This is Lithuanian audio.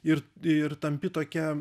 ir ir tampi tokia